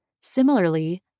Similarly